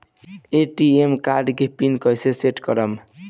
ATM card के PIN कैसे set करम?